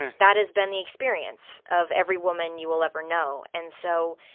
that has been the experience of every woman you will ever know. and so,